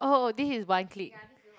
oh this is one clique